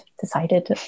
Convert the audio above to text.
decided